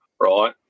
right